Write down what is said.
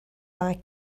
our